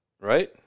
right